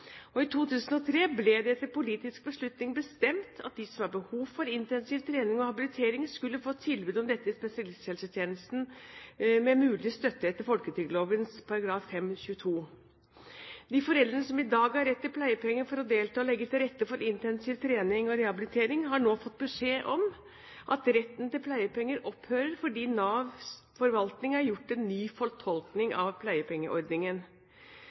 barn. I 2003 ble det etter en politisk beslutning bestemt at de som har behov for intensiv trening og habilitering, skal få tilbud om dette i spesialisthelsetjenesten med mulig støtte etter folketrygdlovens § 5-22. De foreldrene som i dag har rett til pleiepenger for å delta og legge til rette for intensiv trening og rehabilitering, har nå fått beskjed om at retten til pleiepenger opphører fordi Nav Forvaltning har gjort en ny fortolkning av pleiepengeordningen.